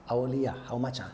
hourly ah how much ah